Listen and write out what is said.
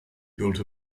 built